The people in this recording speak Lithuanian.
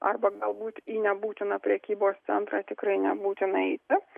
arba galbūt į nebūtiną prekybos centrą tikrai nebūtina eiti